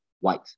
white